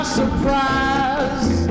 surprise